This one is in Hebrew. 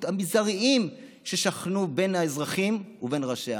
המזעריים ששכנו בין האזרחים ובין ראשיה,